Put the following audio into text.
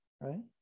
right